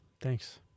thanks